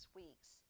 weeks